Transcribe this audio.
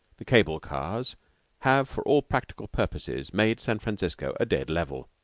the cable cars have for all practical purposes made san francisco a dead level.